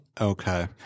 Okay